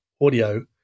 audio